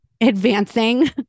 advancing